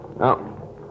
Now